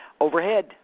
overhead